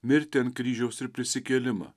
mirtį ant kryžiaus ir prisikėlimą